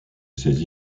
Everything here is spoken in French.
ses